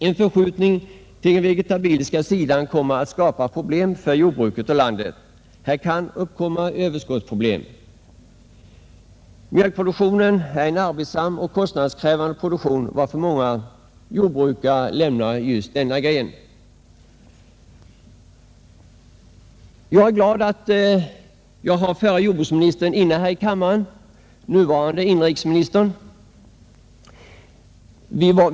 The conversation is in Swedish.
En förskjutning till den vegetabiliska sidan kommer att skapa problem för jordbruket och landet. Här kan uppkomma överskottsproblem. Mjölkproduktionen är en arbetssam och kostnadskrävande produktion, varför många jordbrukare lämnar denna gren. Jag är glad att förre jordbruksministern, nuvarande inrikesministern, är närvarande här i kammaren.